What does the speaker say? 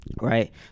right